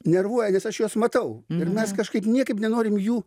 nervuoja nes aš juos matau ir mes kažkaip niekaip nenorim jų